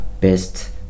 best